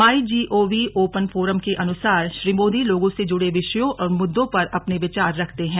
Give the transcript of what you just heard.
माई GOV open forum के अनुसार श्री मोदी लोगों से जुड़े विषयों और मुद्दों पर अपने विचार रखते हैं